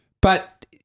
But-